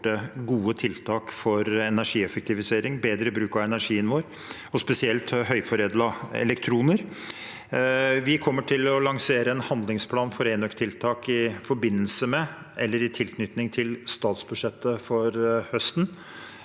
gode tiltak for energieffektivisering, bedre bruk av energien vår og spesielt høyforedlede elektroner. Vi kommer til å lansere en handlingsplan for enøktiltak i tilknytning til statsbudsjettet for høsten.